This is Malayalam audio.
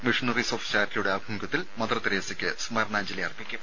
മിഷണറീസ് ഓഫ് ചാരിറ്റിയുടെ ആഭിമുഖ്യത്തിൽ മദർ തെരേസക്ക് സ്മരണാഞ്ജലി അർപ്പിക്കും